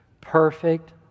Perfect